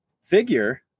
figure